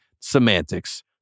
semantics